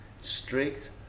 strict